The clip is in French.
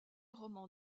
roman